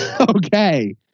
okay